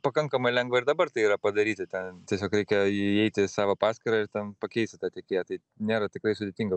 pakankamai lengva ir dabar tai yra padaryti ten tiesiog reikia įeiti į savo paskyrą ir ten pakeisti tą tiekėją tai nėra tikrai sudėtinga